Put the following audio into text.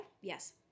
Yes